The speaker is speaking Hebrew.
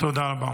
תודה רבה.